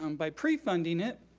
um by pre-funding it,